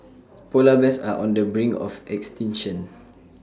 Polar Bears are on the brink of extinction